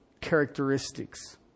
characteristics